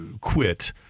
quit